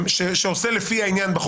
סעיף שאומר "לפי העניין".